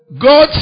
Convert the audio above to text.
God